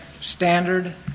standard